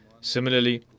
Similarly